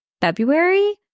February